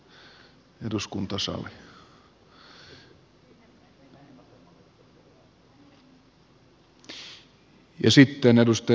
tämä eduskuntasali on vähän niin kuin kirjasto